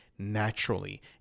naturally